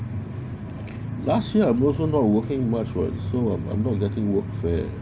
last year I'm also not working much what so I'm I'm not getting workfare